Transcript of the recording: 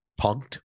punked